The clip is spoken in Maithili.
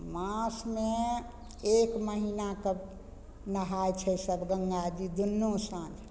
मासमे एक महीना तक नहाय छै सब गंगाजी दुनू साँझ